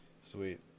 Sweet